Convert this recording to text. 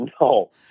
No